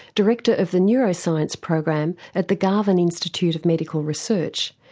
director of the neuroscience program at the garvan institute of medical research,